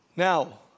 Now